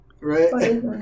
Right